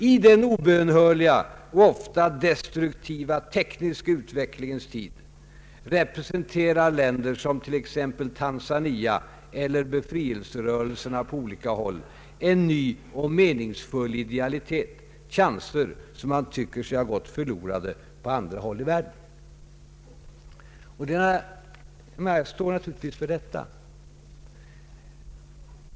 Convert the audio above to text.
I den obönhörliga och ofta destruktiva tekniska utvecklingens tid... representerar länder som t.ex. Tanzania eller befrielserörelserna på olika håll en ny och meningsfull idealitet, chanser som man tycker har gått förlorade på andra håll i världen.” Jag står naturligtvis för detta.